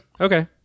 okay